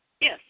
Yes